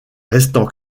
restant